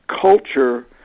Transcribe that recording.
culture